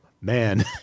man